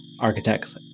architects